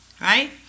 right